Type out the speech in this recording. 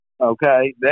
Okay